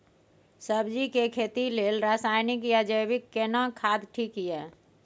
सब्जी के खेती लेल रसायनिक या जैविक केना खाद ठीक ये?